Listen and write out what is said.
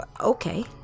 okay